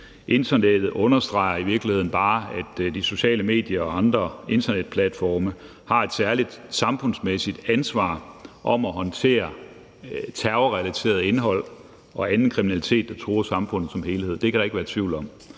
internettet i virkeligheden bare understreger, at de sociale medier og andre internetplatforme har et særligt samfundsmæssigt ansvar for at håndtere terrorrelateret indhold og anden kriminalitet, der truer samfundet som helhed – det kan der ikke være tvivl om.